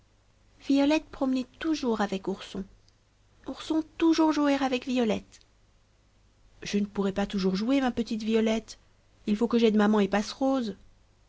violette promener toujours avec ourson ourson toujours jouer avec violette je ne pourrai pas toujours jouer ma petite violette il faut que j'aide maman et